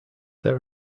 there